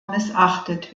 missachtet